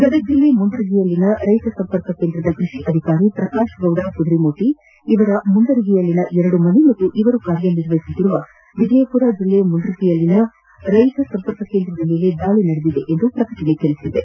ಗದಗ ಜಿಲ್ಲೆ ಮುಂಡರಗಿಯಲ್ಲಿನ ರೈತ ಸಂಪರ್ಕ ಕೇಂದ್ರದ ಕೃಷಿ ಅಧಿಕಾರಿ ಪ್ರಕಾಶ್ ಗೌಡ ಕುದರಿಮೊಟಿ ಇವರ ಮುಂಡರಗಿಯಲ್ಲಿನ ಎರಡು ಮನೆ ಪಾಗೂ ಇವರು ಕಾರ್ಯನಿರ್ವಒಿಸುತ್ತಿರುವ ವಿಜಯಮರ ಜಿಲ್ಲೆ ಮಂಡರಗಿಯಲ್ಲಿನ ರೈತ ಸಂಪರ್ಕ ಕೇಂದ್ರದ ಮೇಲೆ ದಾಳಿ ನಡೆದಿದೆ ಎಂದು ಪ್ರಕಟಣೆ ತಿಳಿಸಿದೆ